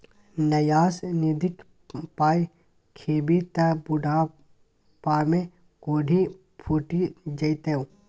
न्यास निधिक पाय खेभी त बुढ़ापामे कोढ़ि फुटि जेतौ